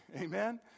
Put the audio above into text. Amen